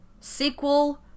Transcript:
sequel